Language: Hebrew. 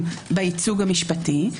בייצוג המשפטי.